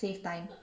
save time